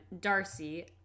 Darcy